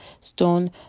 stone